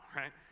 right